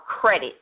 credit